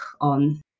on